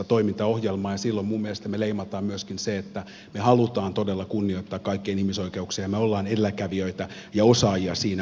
silloin minun mielestäni me myöskin leimaamme sen että me haluamme todella kunnioittaa kaikkien ihmisoikeuksia ja me olemme edelläkävijöitä ja osaajia siinä asiassa